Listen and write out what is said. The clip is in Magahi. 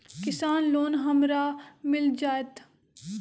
किसान लोन हमरा मिल जायत?